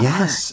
Yes